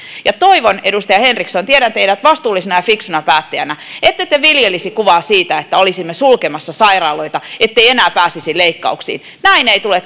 ja toivon edustaja henriksson tiedän teidät vastuullisena ja fiksuna päättäjänä ettette viljelisi kuvaa siitä että olisimme sulkemassa sairaaloita ettei enää pääsisi leikkausiin näin ei tule